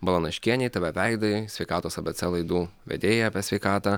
balanaškienei tv veidui sveikatos abc laidų vedėjai apie sveikatą